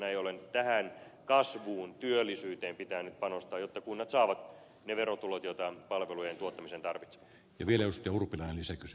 näin ollen tähän kasvuun työllisyyteen pitää nyt panostaa jotta kunnat saavat ne verotulot joita ne palvelujen tuottamiseen tarvitsevat